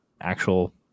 actual